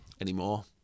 anymore